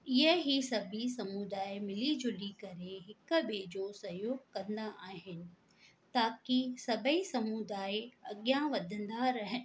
ईअं ई सभी समुदाय मिली जुली करे हिक ॿिए जो सहयोग कंदा आहिनि ताकि सभेई समुदाय अॻियां वधंदा रहनि